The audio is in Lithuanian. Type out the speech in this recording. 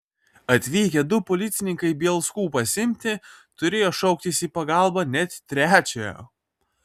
atvykę du policininkai bielskų pasiimti turėjo šauktis į pagalbą net trečiojo